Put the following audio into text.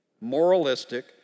Moralistic